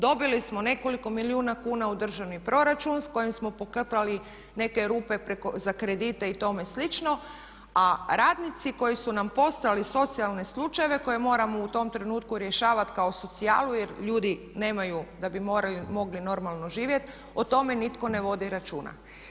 Dobili smo nekoliko milijuna kuna u državni proračun s kojim smo pokrpali neke rupe za kredite i tome slično, a radnici koji su nam postali socijalni slučaj, koje moramo u tom trenutku rješavati kao socijalu jer ljudi nemaju da bi mogli normalno živjet o tome nitko ne vodi računa.